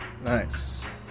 Nice